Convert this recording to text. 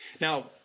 Now